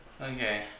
Okay